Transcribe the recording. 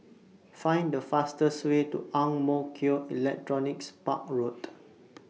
Find The fastest Way to Ang Mo Kio Electronics Park Road